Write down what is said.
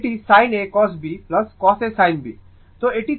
তো এটি sin a cos b cos a sin b